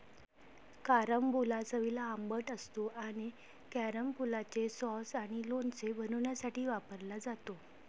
carambola चवीला आंबट असतो आणि कॅरंबोलाचे सॉस आणि लोणचे बनवण्यासाठी वापरला जातो